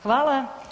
Hvala.